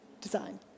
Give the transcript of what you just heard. design